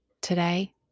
today